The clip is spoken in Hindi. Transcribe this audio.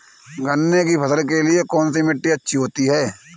गन्ने की फसल के लिए कौनसी मिट्टी अच्छी होती है?